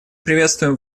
приветствуем